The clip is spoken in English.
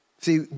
See